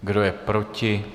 Kdo je proti?